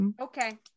okay